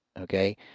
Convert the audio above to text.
Okay